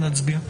נצביע.